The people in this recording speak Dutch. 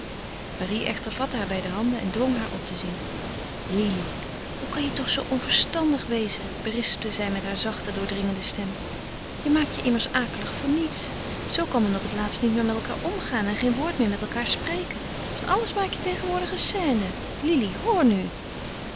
marie echter vatte haar bij de handen en dwong haar op te zien lili hoe kan je toch zoo onverstandig wezen berispte zij met haar zachte doordringende stem je maakt je immers akelig voor niets zoo kan men op het laatst niet meer met elkaâr omgaan en geen woord meer met elkaâr spreken van alles maak je tegenwoordig een scène lili hoor nu